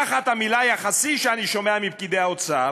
תחת המילה "יחסי", שאני שומע מפקידי האוצר,